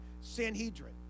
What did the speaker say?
Sanhedrin